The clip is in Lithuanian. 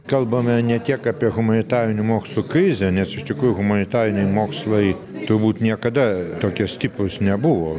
kalbame ne tiek apie humanitarinių mokslų krizę nes iš tikrųjų humanitariniai mokslai turbūt niekada tokie stiprūs nebuvo